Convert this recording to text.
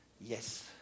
yes